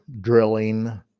drilling